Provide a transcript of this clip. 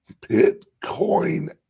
Bitcoin